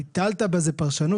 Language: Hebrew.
ביטלת בזה פרשנות?